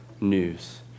news